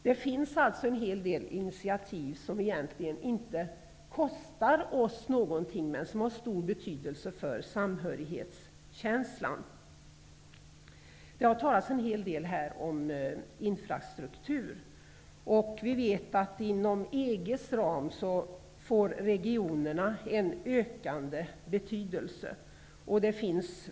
Det finns alltså en hel del initiativ som egentligen inte kostar oss någonting, men som har stor betydelse för samhörighetskänslan. Det har här talats en hel del om infrastruktur, och vi vet att regionerna får en ökande betydelse inom EG:s ram.